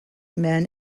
men